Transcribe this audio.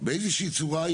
באיזושהי צורה,